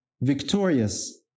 victorious